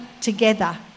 together